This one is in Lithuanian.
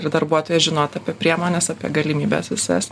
ir darbuotojas žinotų apie priemones apie galimybes visas